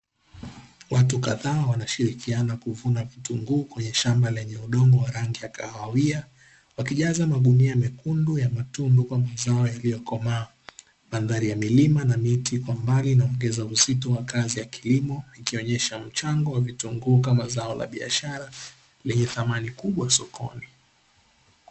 Watu kadhaa wanashirikiana kuvuna vitunguu kwenye shamba lenye udongo wa rangi ya kahawia, wakijaza magunia mekundu ya matunda kwa mwangaza wa jua iliyokomaa. Mandhari ya milima na miti kwa mbali, na mwekezo mzito wa kazi ya kilimo, ikionyesha mchango wa vitunguu kama zao la biashara lenye thamani kubwa sokoni.